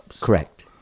Correct